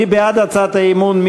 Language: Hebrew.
מי בעד הצעת האי-אמון?